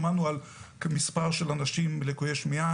שמענו על המספר של אנשים לקויי שמיעה,